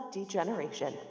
Degeneration